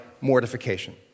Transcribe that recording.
mortification